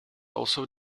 also